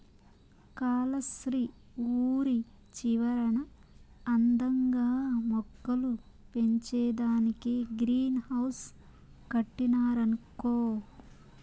కాలస్త్రి ఊరి చివరన అందంగా మొక్కలు పెంచేదానికే గ్రీన్ హౌస్ కట్టినారక్కో